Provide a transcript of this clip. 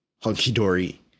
hunky-dory